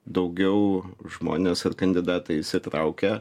daugiau žmonės ar kandidatai įsitraukia